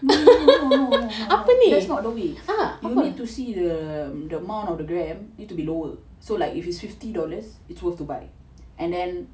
no no no that's not the way you need to the see the amount of the gram need to be lower so like if it's fifty dollar it's worth to buy and then